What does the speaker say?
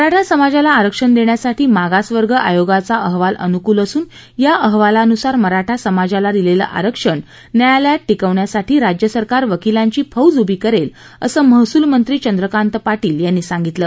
मराठा समाजाला आरक्षण देण्यासाठी मागासवर्ग आयोगाचा अहवाल अनुकूल असून या अहवालानुसार मराठा समाजाला दिलेलं आरक्षण न्यायालयात टिकवण्यासाठी राज्य सरकार वकिलांची फौज उभी करेल असं महसूल मंत्री चंद्रकांत पाटील यांनी आज सांगितल